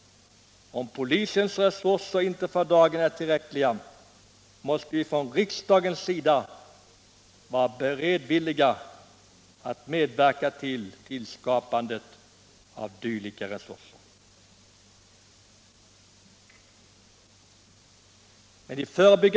Om polisens resurser inte för dagen är tillräckliga, måste vi från riksdagens sida beredvilligt medverka till skapandet av dylika resurser.